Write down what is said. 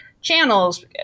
channels